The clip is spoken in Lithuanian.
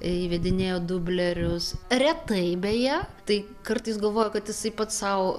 įvedinėjo dublerius retai beje tai kartais galvoju kad jisai pats sau